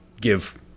give